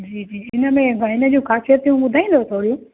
जी जी हिन में भाई हिनजी ख़ासियतियूं ॿुधाईंदो थोरी